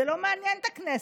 זה לא מעניין את הכנסת.